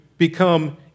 become